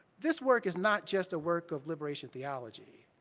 this work is not just a work of liberation theology,